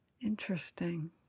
Interesting